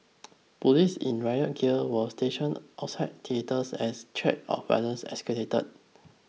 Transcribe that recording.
police in riot gear were stationed outside theatres as threats of violence escalated